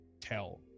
tell